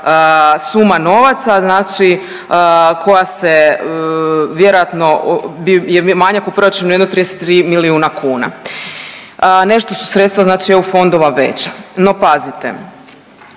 suma novaca koja se vjerojatno je manjak u proračunu jedno 33 milijuna kuna, nešto su sredstva eu fondova veća. No pazite,